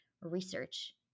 research